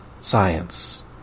science